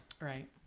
Right